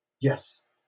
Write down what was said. Yes